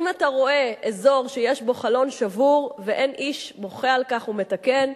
אם אתה רואה אזור שיש בו חלון שבור ואין איש בוכה על כך ומתקן,